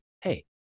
Hey